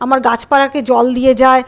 আমার গাছপালাকে জল দিয়ে যায়